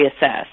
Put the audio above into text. reassess